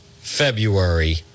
February